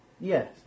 Yes